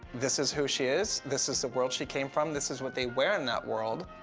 this is who she is, this is the world she came from, this is what they wear in that world.